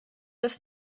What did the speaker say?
das